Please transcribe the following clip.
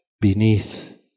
beneath